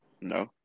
No